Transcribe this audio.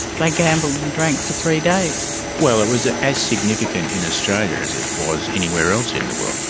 like gambled and drank for three days. well, it was ah as significant in australia as it was anywhere else in the world.